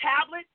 tablet